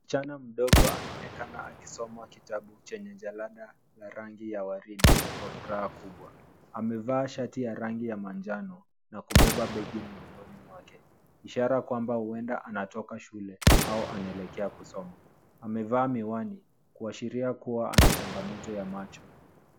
Msichana mdogo anaonekana akisoma kitabu chenye jalada la rangi ya waridi kwa furaha kubwa. Amevaa shati ya rangi ya manjano na kubeba begi mgongoni mwake ishara kwamba huenda ametoka shule au anaelekea kusoma. Amevaa miwani kuashiria kuwa ana changamoto ya macho.